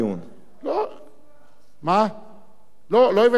לא הבאת את הסיכום לכנסת.